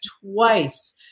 twice